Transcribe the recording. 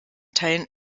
teilen